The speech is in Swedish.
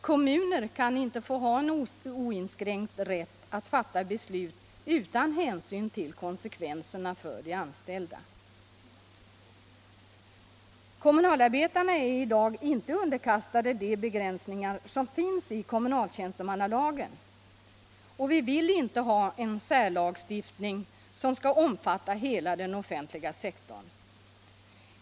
Kommuner kan inte få ha en oinskränkt rätt att fatta beslut utan hänsyn till konsekvenserna för de anställda. Kommunalarbetarna är i dag inte underkastade de begränsningar som finns i kommunaltjänstemannalagen och vi vill inte ha en särlagstiftning, som skall omfatta hela den offentliga sektorn.